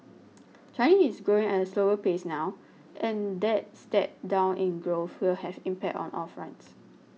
China is growing at a slower pace now and that step down in growth will have impact on all fronts